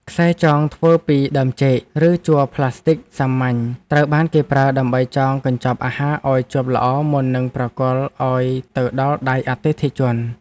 ខ្សែចងធ្វើពីដើមចេក ឬជ័រផ្លាស្ទិចសាមញ្ញត្រូវបានគេប្រើដើម្បីចងកញ្ចប់អាហារឱ្យជាប់ល្អមុននឹងប្រគល់ឱ្យទៅដល់ដៃអតិថិជន។